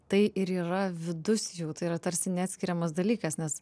tai ir yra vidus jų tai yra tarsi neatskiriamas dalykas nes